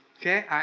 Okay